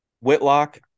whitlock